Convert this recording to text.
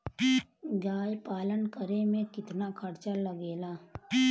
गाय पालन करे में कितना खर्चा लगेला?